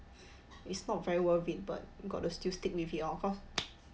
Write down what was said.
it's not very worth it but got to still stick with you of course